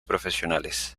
profesionales